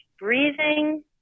breathing